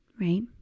right